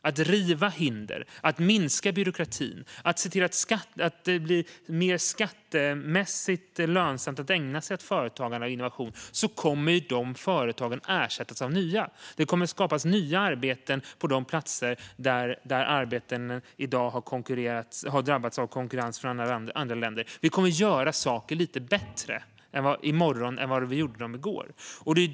Om vi river hinder, minskar byråkratin och gör det mer skattemässigt lönsamt att ägna sig åt företagande och innovation kommer de företag som försvinner att ersättas av nya. Det kommer att skapas nya arbeten på de platser där arbetena i dag har drabbats av konkurrensen från andra länder. Vi kommer att göra saker lite bättre i morgon än vad vi gjorde i går.